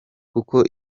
kuko